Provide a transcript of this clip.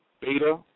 beta